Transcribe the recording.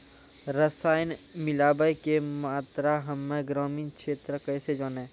रसायन मिलाबै के मात्रा हम्मे ग्रामीण क्षेत्रक कैसे जानै?